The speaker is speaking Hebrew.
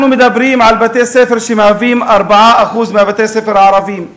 אנחנו מדברים על בתי-ספר שהם 4% מבתי-הספר הערביים.